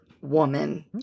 woman